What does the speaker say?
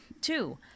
two